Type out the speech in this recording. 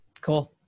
Cool